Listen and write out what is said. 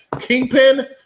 Kingpin